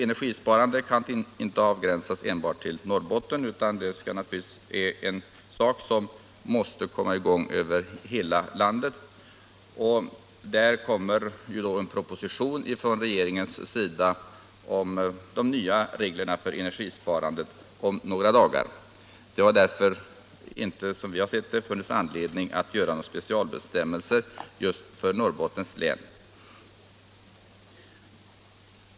Energisparandet kan inte avgränsas till Norrbotten, utan det är en sak som måste komma i gång över hela landet. Om några dagar kommer en proposition från regeringen om de nya reglerna för energisparandet. Det har därför, som vi har sett det, inte funnits anledning att göra några specialbestämmelser för Norrbottens län.